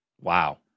Wow